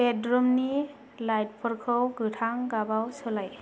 बेदरुमनि लाइटफोरखौ गोथां गाबाव सोलाय